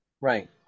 Right